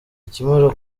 akimara